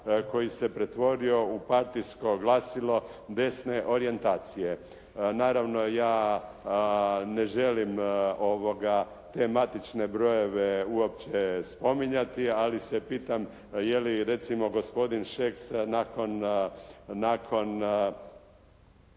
koji se pretvorio u partijsko glasilo desne orijentacije. Naravno ja ne želim te matične brojeve uopće spominjati, ali se pitam je li recimo gospodin Šeks nakon